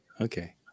Okay